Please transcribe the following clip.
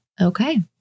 Okay